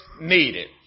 needed